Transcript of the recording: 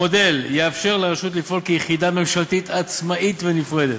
המודל יאפשר לרשות לפעול כיחידה ממשלתית עצמאית ונפרדת.